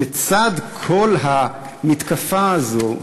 לצד כל המתקפה הזאת,